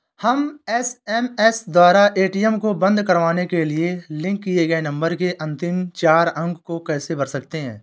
हम एस.एम.एस द्वारा ए.टी.एम को बंद करवाने के लिए लिंक किए गए नंबर के अंतिम चार अंक को कैसे भर सकते हैं?